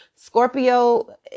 Scorpio